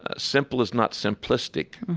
ah simple is not simplistic.